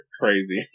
crazy